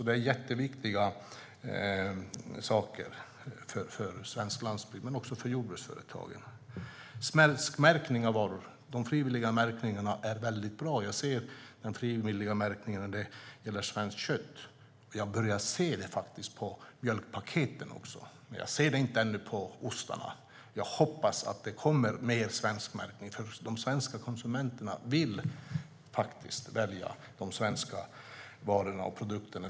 Det är mycket viktiga frågor för svensk landsbygd och för jordbruksföretagen. De frivilliga svenskmärkningarna av varor är mycket bra. Det sker en frivillig märkning av svenskt kött, och jag har sett att det har börjat ske en märkning även av mjölkpaket men ännu inte av ostarna. Jag hoppas att det kommer att bli mer svenskmärkning. De svenska konsumenterna vill välja svenska varor och produkter.